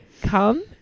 come